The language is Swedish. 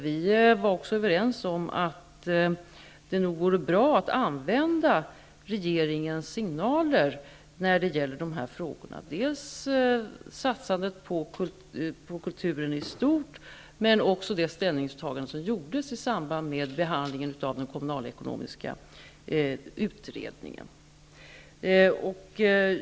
Vi var också överens om att det nog vore bra att använda regeringens signaler när det gäller de här frågorna, dels satsandet på kulturen i stort, dels det ställningstagande som gjordes i samband med behandlingen av den kommunalekonomiska utredningen.